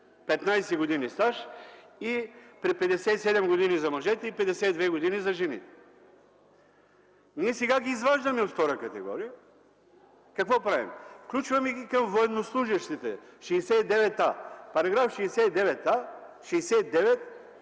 15 години стаж и при 57 години за мъжете и 52 години за жените. Ние сега ги изваждаме от втора категория и какво правим – включваме ги към военнослужещите -§ 69а.